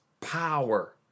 power